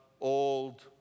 old